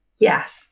Yes